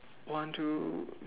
one two